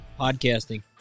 Podcasting